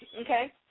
Okay